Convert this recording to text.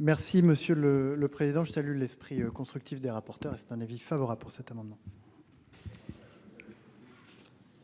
Merci monsieur le le président. Je salue l'esprit constructif des rapporteurs. C'est un avis favorable pour cet amendement.